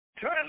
Turn